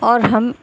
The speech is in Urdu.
اور ہم